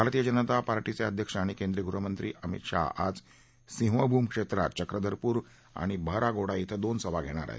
भारतीय जनता पार्टीचे अध्यक्ष आणि केन्द्रीय गृहमंत्री अमित शाह आज सिंहभूम क्षेत्रात चक्रधरपुर आणि बहरागोड़ा इथं दोन सभा घेणार आहेत